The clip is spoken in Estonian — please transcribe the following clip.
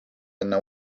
enne